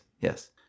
yes